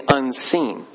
unseen